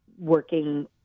working